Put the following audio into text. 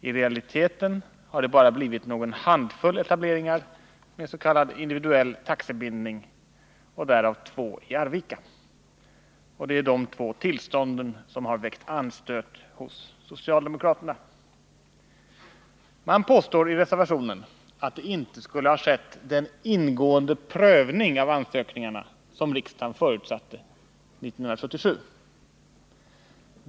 I realiteten har det bara blivit någon handfull etableringar med s.k. individuell taxebindning, därav två i Arvika. Och det är de två tillstånden som har väckt anstöt hos socialdemokraterna. Man påstår i reservationen att det inte skulle ha gjorts den ingående prövning av ansökningarna som riksdagen förutsatte 1977.